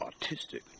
Autistic